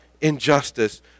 injustice